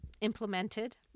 implemented